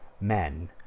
men